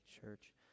Church